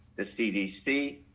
the cdc,